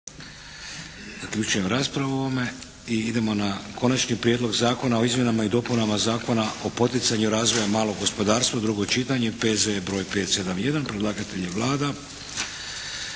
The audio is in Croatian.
Vladimir (HDZ)** I idemo na: - Konačni prijedlog zakona o izmjenama i dopunama Zakona o poticanju razvoja malog gospodarstva, drugo čitanje P.Z.E. br. 571 Predlagatelj je Vlada.